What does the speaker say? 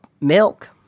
milk